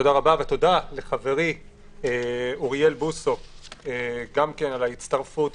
תודה לחברי אוריאל בוסו על ההצטרפות,